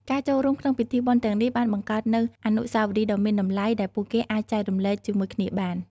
ការចូលរួមក្នុងពិធីបុណ្យទាំងនេះបានបង្កើតនូវអនុស្សាវរីយ៍ដ៏មានតម្លៃដែលពួកគេអាចចែករំលែកជាមួយគ្នាបាន។